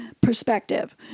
perspective